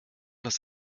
das